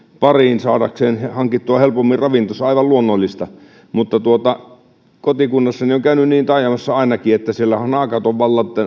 pariin saadakseen hankittua helpommin ravintonsa aivan luonnollista mutta kotikunnassani on käynyt niin taajamassa ainakin että siellähän naakat ovat